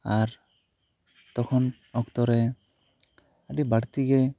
ᱟᱨ ᱛᱚᱠᱷᱚᱱ ᱚᱠᱛᱚ ᱨᱮ ᱟᱹᱰᱤ ᱵᱟᱹᱲᱛᱤ ᱜᱮ